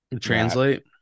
translate